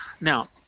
Now